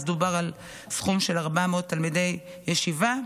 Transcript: אז דובר על סך של 400 תלמידי ישיבה.